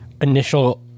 initial